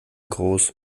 groß